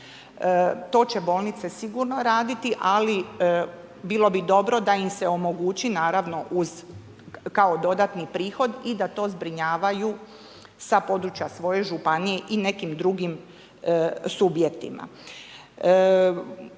To će bolnice sigurno raditi ali bilo bi dobro da im se omogući naravno uz kao dodatni prihod i da to zbrinjavaju s područja svoje županije i nekim drugim subjektima.